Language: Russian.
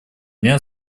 дня